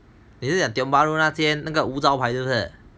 你在讲 tiong bahru 是不是那间无招牌